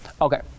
Okay